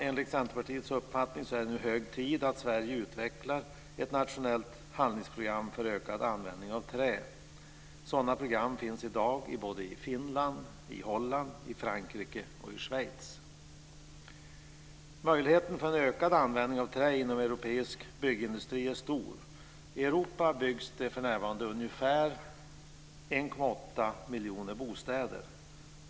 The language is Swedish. Enligt Centerpartiets uppfattning är det nu hög tid att Sverige utvecklar ett nationellt handlingsprogram för ökad användning av trä. Sådana program finns i dag i Finland, Holland, Frankrike och Schweiz. Möjligheten för en ökad användning av trä inom europeisk byggindustri är stor. I Europa byggs det för närvarande ungefär 1,8 miljoner bostäder.